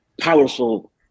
powerful